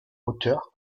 auteur